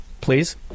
please